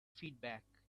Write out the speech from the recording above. feedback